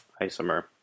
isomer